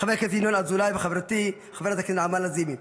ינון אזולאי וחברתי חברת הכנסת נעמה לזימי.